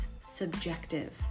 subjective